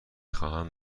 خواهم